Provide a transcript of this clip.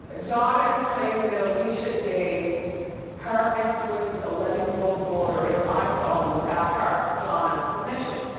and jahna is claiming that alicia gave her and swizz's eleven year old daughter an iphone without her, jahna's, permission.